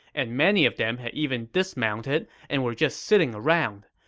and many of them had even dismounted and were just sitting around.